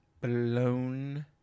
blown